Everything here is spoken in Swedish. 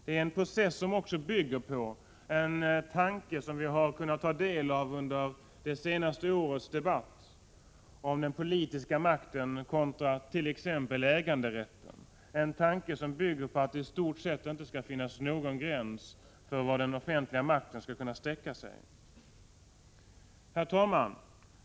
Det är en process som bygger på en tanke som vi har kunnat ta del av under det senaste årets debatt om den politiska makten kontra t.ex. äganderätten, en tanke som bygger på att det i stort sett inte skall finnas någon gräns för hur långt den offentliga makten skall kunna sträcka sig. Herr talman!